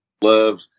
love